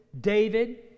David